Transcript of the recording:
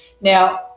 Now